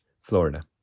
Florida